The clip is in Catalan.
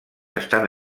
estan